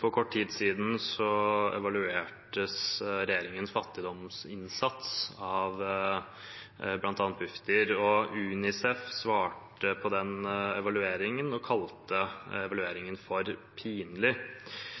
For kort tid siden ble regjeringens fattigdomsinnsats evaluert av bl.a. Bufdir. UNICEF svarte på den evalueringen og kalte